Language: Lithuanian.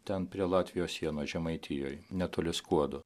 ten prie latvijos sienos žemaitijoj netoli skuodo